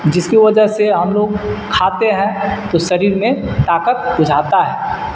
جس کی وجہ سے ہم لوگ کھاتے ہیں تو شریر میں طاقت بجھاتا ہے